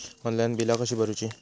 Online बिला कशी भरूची?